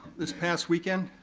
this past weekend,